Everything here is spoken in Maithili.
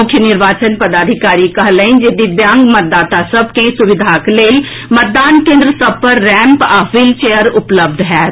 मुख्य निर्वाचन पदाधिकारी कहलनि जे दिव्यांग मतदाता सभ के सुविधाक लेल मतदान केन्द्र सभ पर रैम्प आ व्हील चेयर उपलब्ध होयत